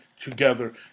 together